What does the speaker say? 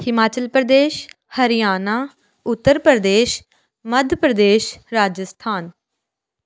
Himachal Pradesh Haryana Uttar Pradesh Madhya Pradesh Rajasthan